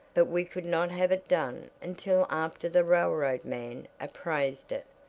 but we could not have it done until after the railroad man appraised it.